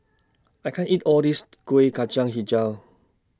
I can't eat All This Kuih Kacang Hijau